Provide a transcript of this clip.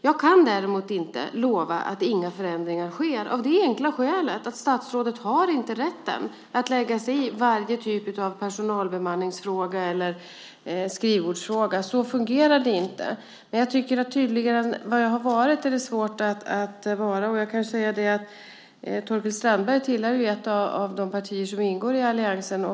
Jag kan däremot inte lova att inga förändringar sker av det enkla skälet att statsrådet inte har rätten att lägga sig i varje typ av personalbemanningsfråga eller skrivbordsfråga. Så fungerar det inte. Det är svårt att vara tydligare än vad jag varit. Torkild Strandberg tillhör ett av de partier som ingår i alliansen.